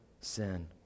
sin